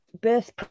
birth